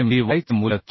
चे मूल्य 4